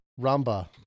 Rumba